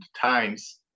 times